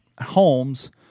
homes